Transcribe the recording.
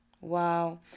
Wow